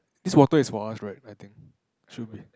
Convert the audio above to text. this water is for us right I think should be